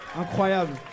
Incroyable